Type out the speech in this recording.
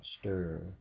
stir